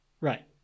Right